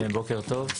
בוקר טוב,